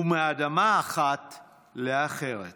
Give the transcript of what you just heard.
מפוגרום אחד לאחר ומאדמה אחת לאחרת